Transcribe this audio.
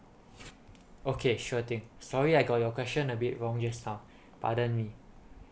okay sure thing sorry I got your question a bit wrong just now pardon me